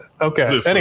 Okay